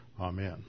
Amen